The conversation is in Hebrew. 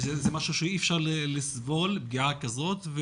אי אפשר לסבול פגיעה כזאת.